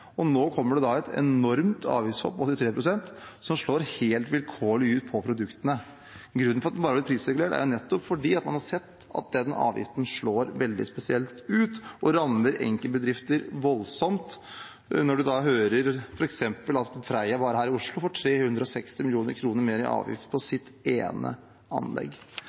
prisregulert. Nå kommer det et enormt avgiftshopp på 83 pst. som slår helt vilkårlig ut på produktene. Grunnen til at den bare har vært prisregulert, er nettopp at man har sett at denne avgiften slår veldig spesielt ut og rammer enkeltbedrifter voldsomt. Når vi f.eks. hører at Freia her i Oslo får 360 mill. kr mer i avgift på sitt ene anlegg,